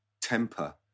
temper